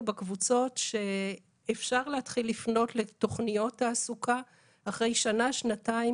בקבוצות שאפשר להתחיל לפנות לתוכניות תעסוקה אחרי שנה או שנתיים,